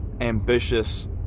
ambitious